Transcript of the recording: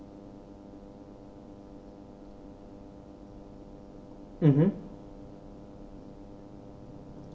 mmhmm